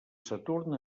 saturn